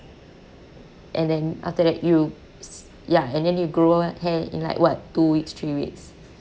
and then after that you s~ ya and then you grow hair in like what two weeks three weeks